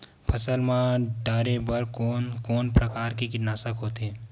फसल मा डारेबर कोन कौन प्रकार के कीटनाशक होथे?